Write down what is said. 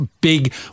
big